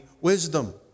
wisdom